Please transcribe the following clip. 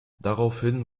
daraufhin